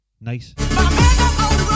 nice